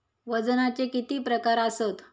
वजनाचे किती प्रकार आसत?